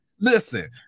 Listen